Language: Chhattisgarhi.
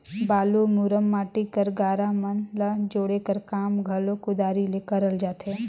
बालू, मुरूम, माटी कर गारा मन ल जोड़े कर काम घलो कुदारी ले करल जाथे